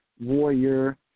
Warrior